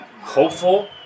hopeful